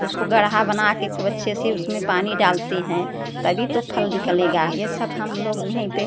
उसको गड़हा बना कर खूब अच्छे से उसमें पानी डालते हैं तभी तो फल निकलेगा ये सब हम लोग वहीं पर